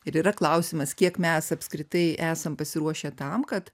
ir yra klausimas kiek mes apskritai esam pasiruošę tam kad